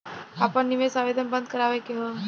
आपन निवेश आवेदन बन्द करावे के हौ?